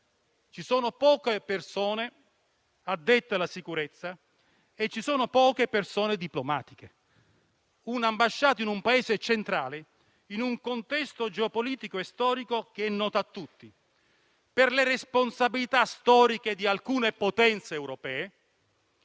ci sono poche persone addette alla sicurezza e poco personale diplomatico. Eppure, si tratta dell'ambasciata di un Paese centrale in un contesto geopolitico e storico che è noto a tutti, per le responsabilità storiche di alcune potenze europee